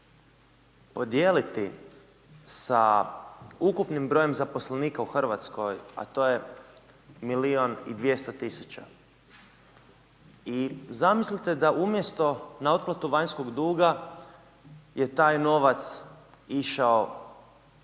podijeliti sa ukupnim brojem zaposlenika u Hrvatskoj, a to je milijun i 200 tisuća. I zamislite da umjesto na otplatu vanjskog duga je taj novac išao